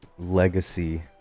legacy